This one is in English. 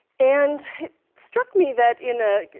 and it struck me that in a,